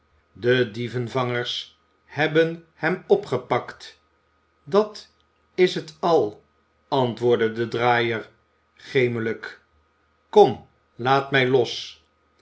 de dievenvangers hebben hem opgepakt dat is het al antwoordde de draaier gemelijk kom iaat mij los